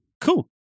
Cool